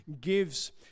gives